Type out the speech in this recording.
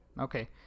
Okay